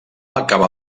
acabà